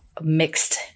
Mixed